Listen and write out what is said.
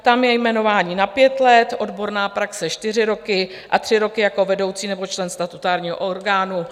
Tam je jmenování na pět let, odborná praxe čtyři roky a tři roky jako vedoucí nebo člen statutárního orgánu.